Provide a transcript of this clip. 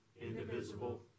indivisible